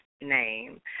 name